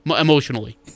emotionally